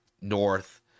north